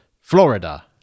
Florida